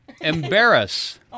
embarrass